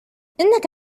إنك